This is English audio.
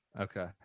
Okay